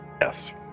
Yes